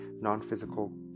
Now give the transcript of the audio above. non-physical